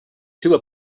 tuba